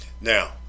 now